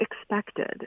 expected